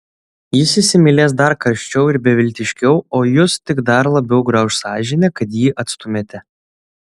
jis įsimylės dar karščiau ir beviltiškiau o jus tik dar labiau grauš sąžinė kad jį atstumiate